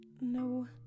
no